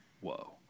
whoa